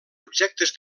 objectes